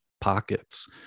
pockets